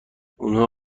اونها